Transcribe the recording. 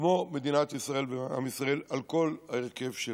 כמו מדינת ישראל ועם ישראל, על כל ההרכב שלו.